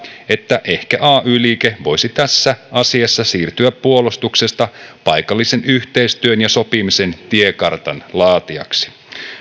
että ehkä ay liike voisi tässä asiassa siirtyä puolustuksesta paikallisen yhteistyön ja sopimisen tiekartan laatijaksi